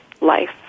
life